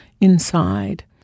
inside